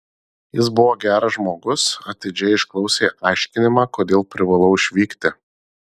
jis buvo geras žmogus atidžiai išklausė aiškinimą kodėl privalau išvykti